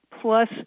plus